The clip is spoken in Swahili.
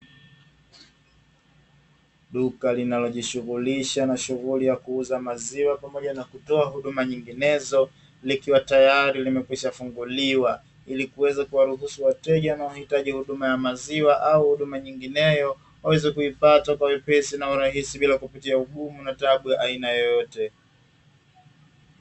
Duka linalojishughulisha na shughuli ya kuuza maziwa pamoja na kutoa huduma nyinginezo likiwa tayari limeshafunguliwa, ili kuweza kuwaruhusu wateja na wahitaji huduma ya maziwa au huduma nyingineyo, waweze kuipata kwa urahisi na bila kupitia ugumu na tabu yoyote.